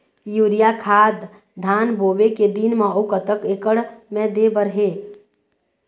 Urea खाद धान बोवे के दिन म अऊ कतक एकड़ मे दे बर हे?